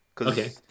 Okay